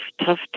tough